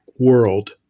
world